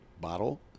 bottle